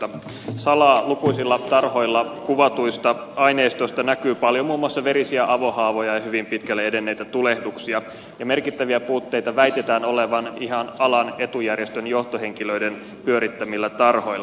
salaa lukuisilla tarhoilla kuvatuista aineistoista näkyy paljon muun muassa verisiä avohaavoja ja hyvin pitkälle edenneitä tulehduksia ja merkittäviä puutteita väitetään olevan ihan alan etujärjestön johtohenkilöiden pyörittämillä tarhoilla